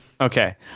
Okay